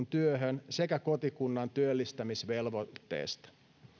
työhön sekä kotikunnan työllistämisvelvoitteesta